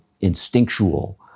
instinctual